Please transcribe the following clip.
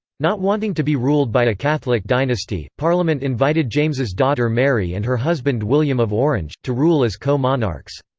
not wanting to be ruled by a catholic dynasty, parliament invited james's daughter mary and her husband william of orange, to rule as co-monarchs.